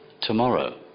tomorrow